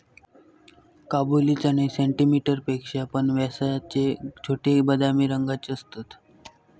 काबुली चणे सेंटीमीटर पेक्षा पण व्यासाचे छोटे, बदामी रंगाचे असतत